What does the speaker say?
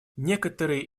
некоторые